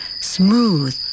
smooth